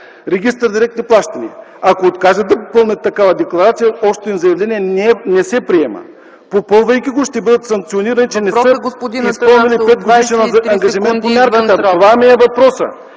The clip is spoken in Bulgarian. Регистър „Директни плащания” ? Ако откажат да попълнят такава декларация, общото им заявление не се приема. Попълвайки го, ще бъдат санкционирани, че не са изпълнили 5-годишен ангажимент за необлагодетелствани